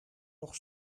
nog